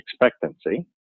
expectancy